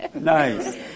Nice